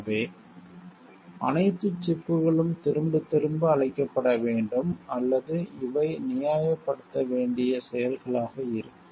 எனவே அனைத்து சிப்புகளும் திரும்ப திரும்ப அழைக்கப்பட வேண்டும் அல்லது இவை நியாயப்படுத்தப்பட வேண்டிய செயல்களாக இருக்கும்